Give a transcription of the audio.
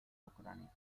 ucrania